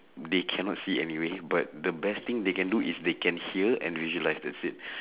they cannot see anyway but the best thing they can do is they can hear and visualise that's it